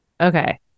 okay